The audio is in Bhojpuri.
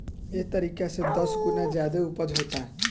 एह तरीका से दस गुना ज्यादे ऊपज होता